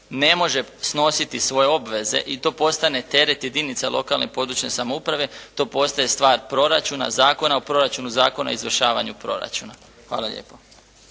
ne može snositi svoje obveze i to postane teret jedinica lokalne i područne samouprave, to postaje stvar proračuna, Zakona o proračunu, Zakona o izvršavanju proračuna. Hvala lijepo.